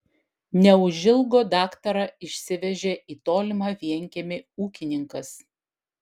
neužilgo daktarą išsivežė į tolimą vienkiemį ūkininkas